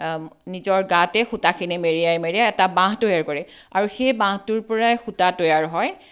নিজৰ গাতে সূতাখিনি মেৰিয়াই মেৰিয়াই এটা বাহ তৈয়াৰ কৰে আৰু সেই বাহটোৰ পৰাই সূতা তৈয়াৰ হয়